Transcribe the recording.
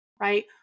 right